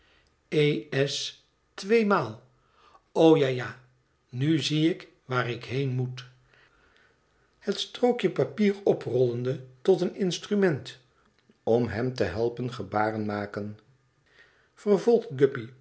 s tweemaal o ja ja nu zie ik waar ik heen moet het strookje papier oprollende tot een instrument om hem te helpen gebaren maken